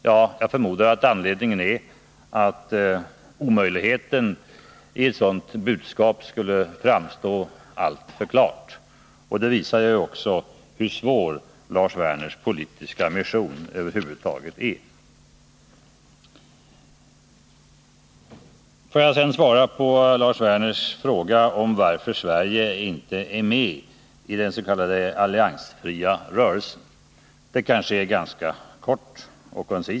Ja, jag förmodar att anledningen är att omöjligheten i ett sådant budskap skulle framstå alltför klart, och det visar ju också hur svår Lars Werners politiska mission över huvud taget är. Får jag sedan svara på Lars Werners fråga om varför Sverige inte är med i den s.k. alliansfria rörelsen. Detta kan ske ganska kort.